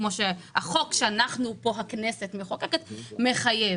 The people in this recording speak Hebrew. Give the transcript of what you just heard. כמו שהחוק שחוקקנו פה בכנסת מחייב.